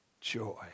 joy